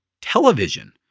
television